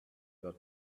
were